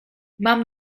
mam